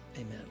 Amen